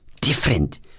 different